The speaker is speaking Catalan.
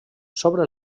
sobre